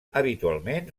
habitualment